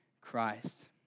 Christ